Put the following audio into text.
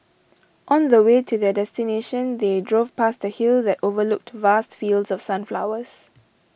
on the way to their destination they drove past a hill that overlooked vast fields of sunflowers